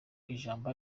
ijambo